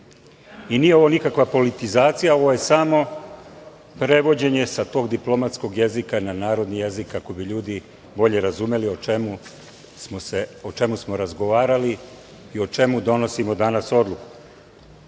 Nije ovo nikakva politizacija, ovo je samo prevođenje sa tog diplomatskog jezika na narodni jezik kako bi ljudi bolje razumeli o čemu smo razgovarali i o čemu donosimo danas odluku. Mnogi